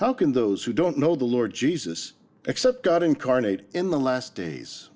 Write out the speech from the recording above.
how can those who don't know the lord jesus except god incarnate in the last days